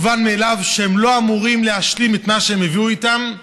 מובן מאליו שהם לא אמורים להשלים את מה שהם הביאו איתם.